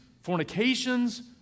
fornications